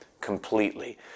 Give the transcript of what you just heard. completely